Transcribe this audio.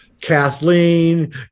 Kathleen